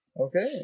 Okay